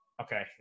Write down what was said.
Okay